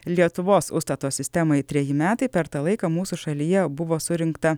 lietuvos ustato sistemai treji metai per tą laiką mūsų šalyje buvo surinkta